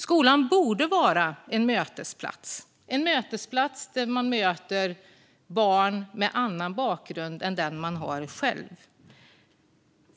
Skolan borde vara en mötesplats där man möter barn med annan bakgrund än den man har själv.